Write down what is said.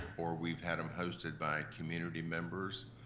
or we've had em hosted by community members.